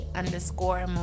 underscore